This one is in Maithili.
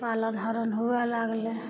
पालन हारन हुए लागलय